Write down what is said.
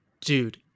dude